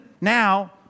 now